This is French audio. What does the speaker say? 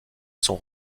son